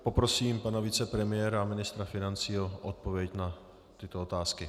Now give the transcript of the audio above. Poprosím pana vicepremiéra a ministra financí o odpověď na tyto otázky.